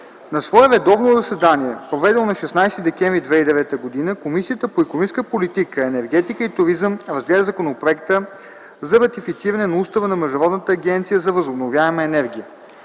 На свое редовно заседание, проведено на 16 декември 2009 г., Комисията по икономическата политика, енергетика и туризъм разгледа Законопроекта за ратифициране на Устава на Международната агенция за възобновяема енергия.